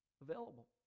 available